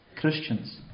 Christians